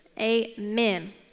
amen